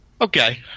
Okay